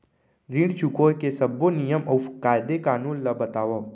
ऋण चुकाए के सब्बो नियम अऊ कायदे कानून ला बतावव